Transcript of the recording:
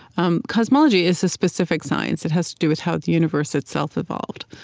um cosmology is a specific science. it has to do with how the universe itself evolved.